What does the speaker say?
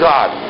God